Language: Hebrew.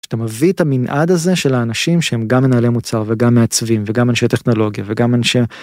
כדאתה מביא את המנעד הזה של האנשים שהם גם מנהלי מוצר וגם מעצבים וגם אנשי טכנולוגיה וגם אנשי.